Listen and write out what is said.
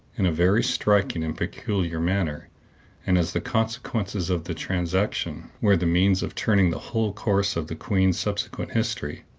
in a very striking and peculiar manner and as the consequences of the transaction were the means of turning the whole course of the queen's subsequent history,